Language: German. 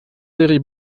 seri